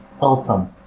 awesome